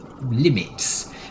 limits